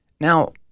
Now